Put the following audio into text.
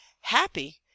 Happy